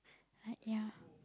like yeah